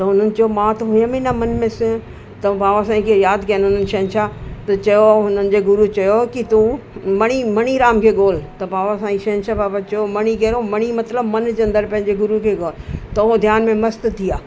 त हुननि चयो मां त हुयुमि ई न मन में सु त बाबा साईं खे यादि कयनि हुननि शहंशाह त चयो हुननि जे गुरु चयो कि तूं मणि मणिराम खे ॻोल्हि त बाबा साईं शहंशाह बाबा चयो मणि कहिड़ो मणि मतिलबु मन जे अंदरु पंहिंजे गुरु खे ॻोल्हि त उहे ध्यान में मस्तु थी विया